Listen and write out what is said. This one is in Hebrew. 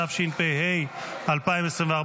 התשפ"ה 2024,